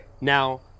Now